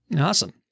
Awesome